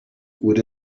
would